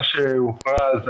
מה שהוכרז,